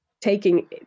taking